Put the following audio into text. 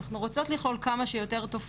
יש פה היבטים רב-דוריים.